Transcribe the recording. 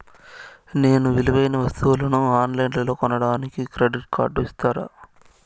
నేను విలువైన వస్తువులను ఆన్ లైన్లో కొనడానికి క్రెడిట్ కార్డు ఇస్తారా?